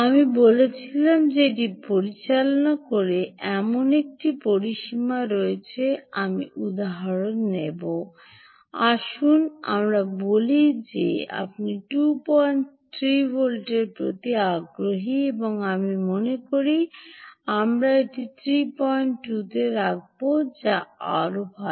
আমি বলেছিলাম যে এটি পরিচালনা করে এমন একটি পরিসীমা রয়েছে আমি উদাহরণ নিব আসুন আমরা বলি যে আপনি ২৩ ভোল্টের প্রতি আগ্রহী আমি মনে করি আমরা এটি ৩২ রাখব যা আরও ভাল